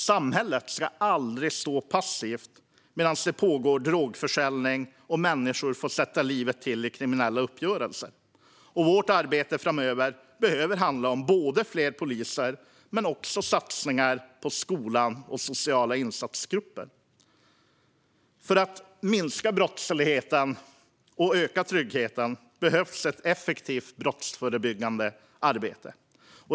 Samhället ska aldrig stå passivt medan drogförsäljning pågår och människor får sätta livet till i kriminella uppgörelser. Vårt arbete framöver behöver handla om fler poliser men också om satsningar på skolan och sociala insatsgrupper. För att minska brottsligheten och öka tryggheten behövs ett effektivt brottsförebyggande arbete.